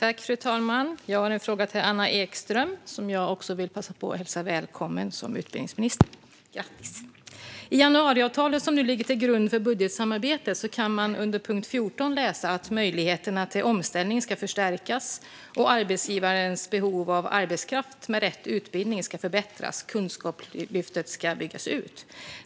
Fru talman! Jag har en fråga till Anna Ekström. Jag vill också passa på att hälsa henne välkommen som utbildningsminister - grattis! I januariavtalet som ligger till grund för budgetsamarbetet kan man under punkt 14 läsa att möjligheterna till omställning ska förstärkas och att arbetsgivarens möjligheter att hitta arbetskraft med rätt utbildning ska förbättras. Kunskapslyftet ska byggas ut.